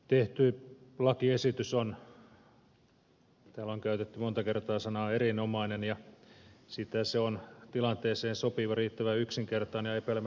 tehty lakiesitys on täällä on käytetty monta kertaa sanaa erinomainen ja sitä se on tilanteeseen sopiva riittävän yksinkertainen ja epäilemättä toimiva laki